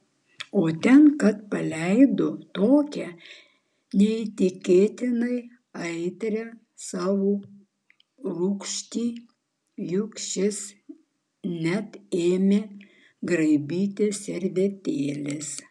o ten kad paleido tokią neįtikėtinai aitrią savo rūgštį jog šis net ėmė graibytis servetėlės